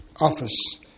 office